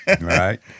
Right